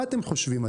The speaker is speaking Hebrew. מה אתם חושבים?